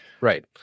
Right